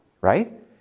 right